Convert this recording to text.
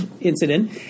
incident